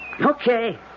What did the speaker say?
Okay